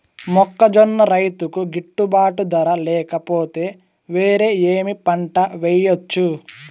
మొక్కజొన్న రైతుకు గిట్టుబాటు ధర లేక పోతే, వేరే ఏమి పంట వెయ్యొచ్చు?